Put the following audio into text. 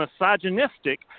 misogynistic